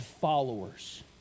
followers